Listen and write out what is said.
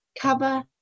cover